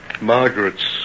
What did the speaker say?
Margaret's